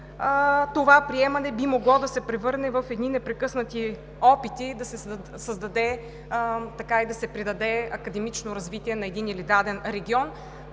това приемане би могло да се превърне в едни непрекъснати опити да се създаде и да се придаде академично развитие на даден регион,